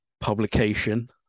publication